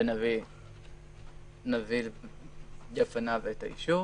ונביא בפניו את האישור.